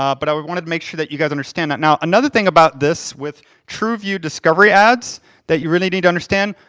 um but i wanted to make sure that you guys understand that. now, another thing about this with trueview discovery ads, that you really need to understand,